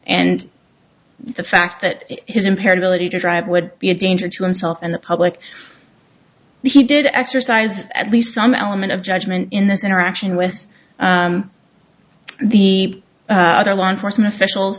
and the fact that his impaired ability to drive would be a danger to himself and the public but he did exercise at least some element of judgment in this interaction with the other law enforcement offic